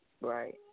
Right